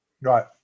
Right